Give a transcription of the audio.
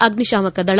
ಅಗ್ನಿಶಾಮಕ ದಳ